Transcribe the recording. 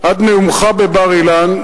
עד נאומך בבר-אילן,